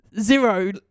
zero